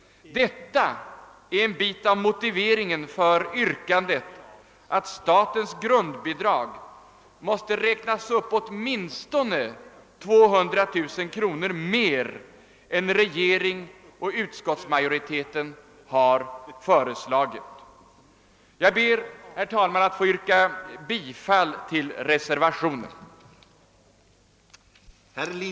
Detta är en del av motiveringen för yrkandet att statens grundbidrag måste uppräknas med <:åtminstone 200 000 kronor mer än vad regeringen och utskottsmajoriteten har föreslagit. Jag ber, herr talman, att få yrka bifall till reservationen.